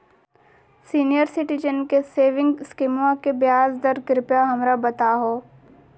senior citizen के सेविंग स्कीमवा के ब्याज दर कृपया हमरा बताहो